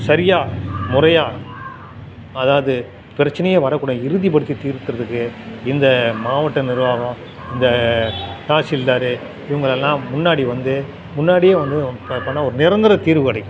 சரியாக முறையாக அதாவது பிரச்சினையே வரக்கூடாது இறுதிப்படுத்தி தீர்க்கிறதுக்கு இந்த மாவட்ட நிர்வாகம் இந்த தாசில்தார் இவங்களெல்லாம் முன்னாடி வந்து முன்னாடியே வந்து ப பண்ணால் ஒரு நிரந்தர தீர்வு கிடைக்கும்